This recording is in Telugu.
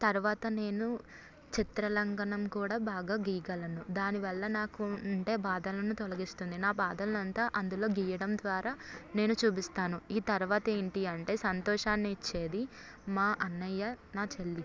తర్వాత నేను చిత్ర లంఘనం కూడా బాగా గీయగలను దాని వల్ల నాకు ఉండే బాధలను తొలగిస్తుంది నా బాధలు అంతా అందులో గీయడం ద్వారా నేను చూపిస్తాను ఈ తర్వాత ఏంటంటే సంతోషాన్ని ఇచ్చేది మా అన్నయ్య నా చెల్లి